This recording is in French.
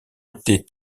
été